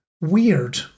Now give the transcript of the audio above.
Weird